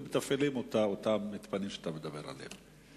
ומתפעלים אותה אותם מתפנים שאתה מדבר עליהם.